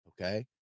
okay